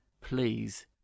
please